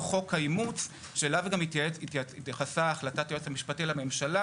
חוק האימוץ שאליו גם התייחסה החלטת היועץ המשפטי לממשלה